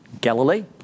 Galilee